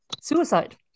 suicide